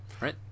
right